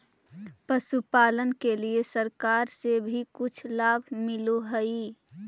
पशुपालन के लिए सरकार से भी कुछ लाभ मिलै हई?